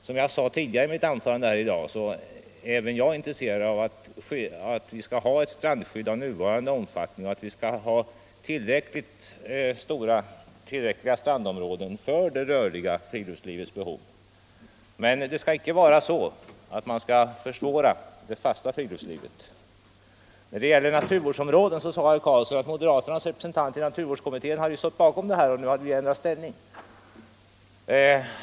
Som jag sade i mitt tidigare anförande är även jag intresserad av att vi skall ha ett strandskydd av nuvarande omfattning och att vi skall ha tillräckliga strandområden för det rörliga friluftslivets behov. Men man skall inte försvåra det fasta friluftslivet. När det gäller naturvårdsområden sade herr Karlsson att moderaternas och att vi nu ändrat ståndpunkt.